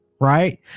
Right